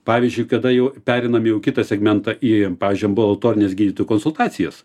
pavyzdžiui kada jau pereinam jau į kitą segmentą į pavyzdžiui ambulatorines gydytojų konsultacijas